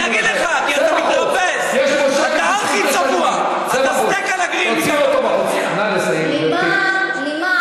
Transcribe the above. אתה צריך ללמוד, ואללה, למה